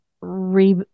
re